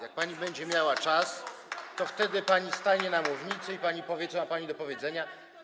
Jak pani będzie miała czas, to wtedy pani stanie na mównicy i pani powie, co ma pani do powiedzenia.